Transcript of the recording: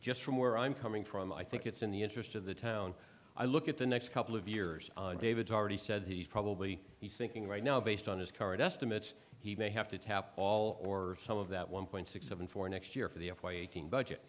just from where i'm coming from i think it's in the interest of the town i look at the next couple of years david already said he's probably he's thinking right now based on his current estimates he may have to tap all or some of that one point six seven for next year for the f y eighteen budget